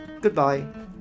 Goodbye